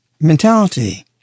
mentality